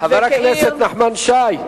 חבר הכנסת נחמן שי.